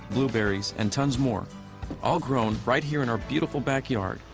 blueberries. and tons more all grown right here in our beautiful backyard.